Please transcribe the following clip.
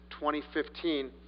2015